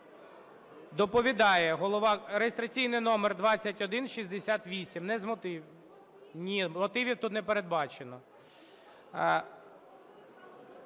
міграції (реєстраційний номер 2168). Не з мотивів. Ні, з мотивів тут не передбачено.